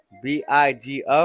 B-I-G-O